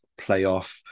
playoff